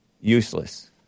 useless